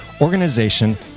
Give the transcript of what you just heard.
organization